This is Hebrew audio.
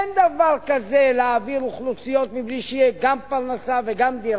אין דבר כזה להעביר אוכלוסיות מבלי שיש גם פרנסה וגם דירה,